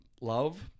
love